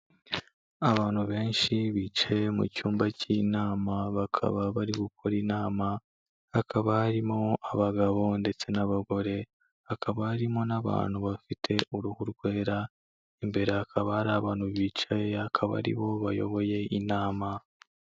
Abantu benshi bicaye mu cyumba cy'inama bakaba bari gukora inama, hakaba harimo abagabo ndetse n'abagore, hakaba harimo n'abantu bafite uruhu rwera, imbere hakaba hari abantu bicaye, akaba aribo bayoboye inama.